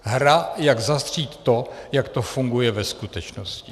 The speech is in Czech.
Hra, jak zastřít to, jak to funguje ve skutečnosti.